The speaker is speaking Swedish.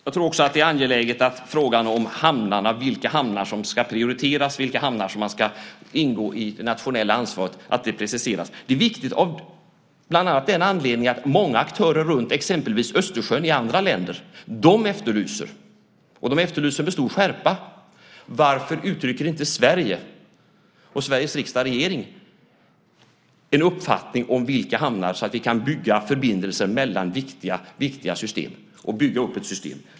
Jag tror också att det är angeläget att frågan om vilka hamnar som ska prioriteras och vilka hamnar som ska ingå i det nationella ansvaret preciseras. Det är viktigt bland annat av den anledningen att många aktörer runt Östersjön i andra länder med stor skärpa efterlyser att Sverige och Sveriges riksdag och regering uttrycker en uppfattning om vilka hamnar det är så man kan bygga förbindelser mellan viktiga system och bygga upp ett system.